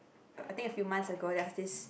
I think a few months ago there's this